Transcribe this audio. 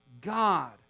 God